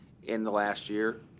in the last year?